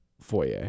foyer